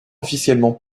officiellement